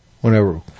Whenever